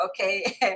Okay